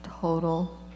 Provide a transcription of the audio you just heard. total